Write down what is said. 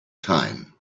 time